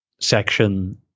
section